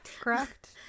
Correct